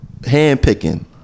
handpicking